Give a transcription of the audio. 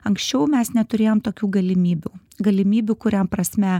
anksčiau mes neturėjom tokių galimybių galimybių kuria prasme